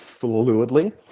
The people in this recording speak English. fluidly